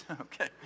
okay